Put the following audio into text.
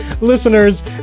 listeners